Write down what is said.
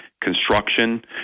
construction